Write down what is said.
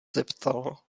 zeptal